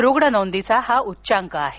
रुग्ण नोंदीचा हा उच्चांक आहे